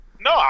No